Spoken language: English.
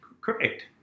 correct